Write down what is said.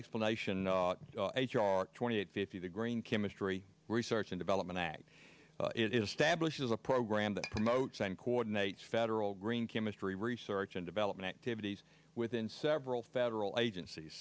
explanation h r twenty eight fifty the green chemistry research and development act it is stablished is a program that promotes and coordinate federal green chemistry research and development activities within several federal agencies